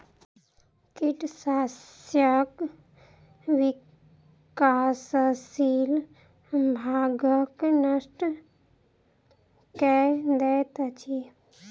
कीट शस्यक विकासशील भागक नष्ट कय दैत अछि